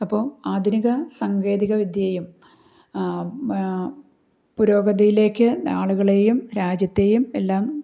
അപ്പോൾ ആധുനിക സാങ്കേതിക വിദ്യയും പുരോഗതിയിലേക്ക് ആളുകളെയും രാജ്യത്തെയും എല്ലാം